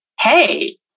hey